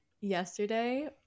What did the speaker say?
yesterday